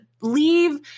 leave